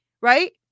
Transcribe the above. right